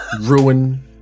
Ruin